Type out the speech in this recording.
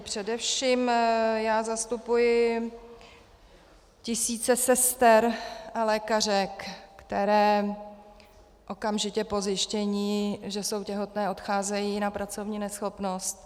Především já zastupuji tisíce sester a lékařek, které okamžitě po zjištění, že jsou těhotné, odcházejí na pracovní neschopnost.